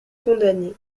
condamné